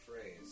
phrase